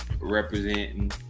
representing